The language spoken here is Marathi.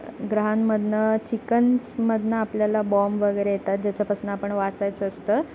ग्रहांमधनं चिकन्समधनं आपल्याला बॉम्ब वगैरे येतात ज्याच्यापासनं आपण वाचायचं असतं